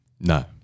No